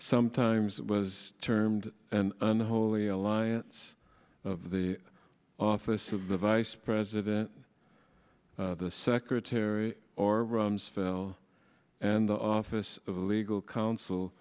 sometimes was termed an unholy alliance of the office of the vice president the secretary or rumsfeld and the office of legal counsel